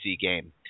game